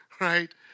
right